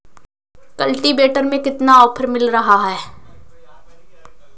Cultivator में कितना offer मिल रहा है?